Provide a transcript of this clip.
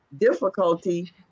difficulty